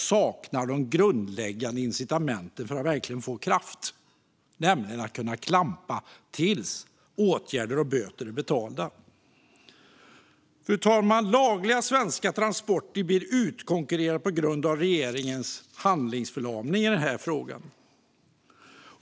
Men de grundläggande incitamenten för att verkligen få kraft saknas, nämligen att kunna klampa tills åtgärder är vidtagna och böter är betalda. Fru talman! Lagliga svenska transporter blir utkonkurrerade på grund av regeringens handlingsförlamning i frågan.